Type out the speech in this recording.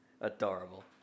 Adorable